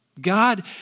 God